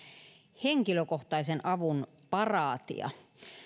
henkilökohtaisen avun paraatia